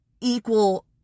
equal